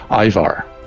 Ivar